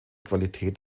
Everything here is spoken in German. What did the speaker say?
qualität